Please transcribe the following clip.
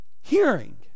hearing